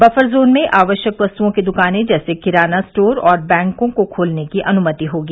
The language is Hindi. बफर जोन में आवश्यक वस्तुओं की द्वानें जैसे किराना स्टोर और बैंकों को खोलने की अनुमति होगी